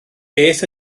beth